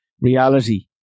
reality